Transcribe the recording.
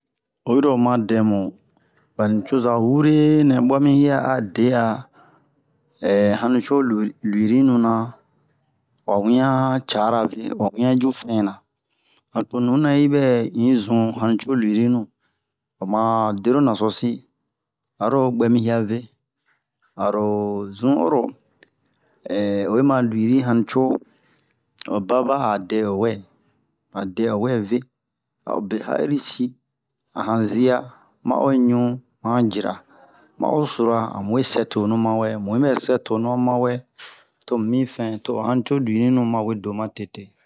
oyiro oma dɛ mu ɓa nucoza wure nɛ ɓɔ mi hiya a de'a hannuco luwi- luwinu-na wa wiɲan cara ve wa wiɲan cu fɛnna donk to nunɛ yi ɓɛ in zun hannuco luwirinu oma dero nasosi aro ɓwɛ mi hiya ve aro zun oro oyi ma luwini hannuco o baba a o dɛ owɛ a dɛ o vɛ a o be o ha'iri-si a han ziya ma o ɲun ma han jira ma o sura amu we sɛ tonu ma wɛ mu yi ɓɛ sɛ tonu ma wɛ tomu mi fɛn to o hannuco luwilinu ma we do matete